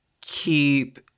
keep